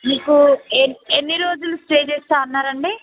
మీకు ఎ ఎన్ని రోజులు స్టే చేస్తా అన్నారు అండి